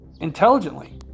intelligently